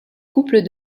couple